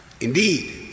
Indeed